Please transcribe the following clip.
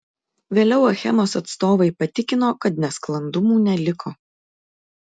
vėliau achemos atstovai patikino kad nesklandumų neliko